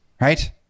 right